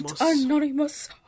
anonymous